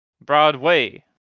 Broadway